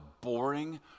boring